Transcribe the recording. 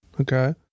Okay